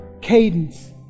cadence